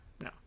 no